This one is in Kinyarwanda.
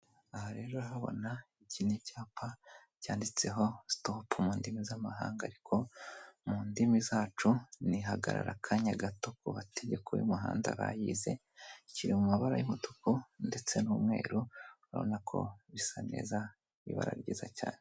Aha rero urahabona, iki ni cyapa cyanditseho sitopu mu ndimi z'amahanga ariko mu ndimi zacu ni hagarara akanya gato, ku mategeko y'umuhanda bayize, kiri mu mabara y'umutuku ndetse n'umweru urabona ko bisa neza, ni ibara ryiza cyane.